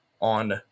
on